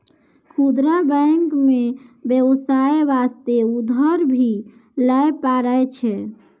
खुदरा बैंक मे बेबसाय बास्ते उधर भी लै पारै छै